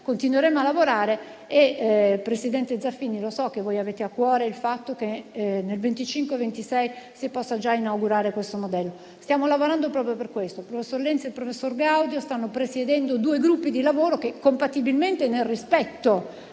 continueremo a lavorare. Presidente Zaffini, so che voi avete a cuore il fatto che nel 2025-2026 si possa inaugurare questo modello: stiamo lavorando proprio per questo. Il professor Lenzi e il professor Gaudio stanno presiedendo due gruppi di lavoro che, compatibilmente e nel rispetto